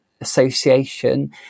Association